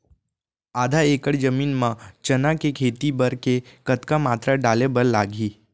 आधा एकड़ जमीन मा चना के खेती बर के कतका मात्रा डाले बर लागही?